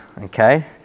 Okay